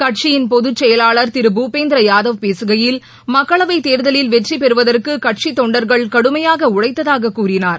கட்சியின் பொதுச் செயலாளர் திரு பூபேந்திரயாதவ் பேசுகையில் மக்களவைத் தேர்தலில் வெற்றிபெறுவதற்குகட்சித் தொண்டர்கள் கடுமையாகஉழைத்ததாகக் கூறினார்